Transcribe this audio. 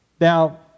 Now